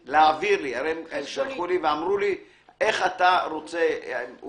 שאלו אותי איך אני רוצה לקבל את זה,